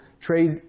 trade